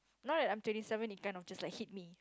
now that I'm twenty seven it kind of just like hit me